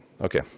Okay